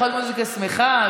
יכולה להיות מוזיקה שמחה,